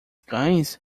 cães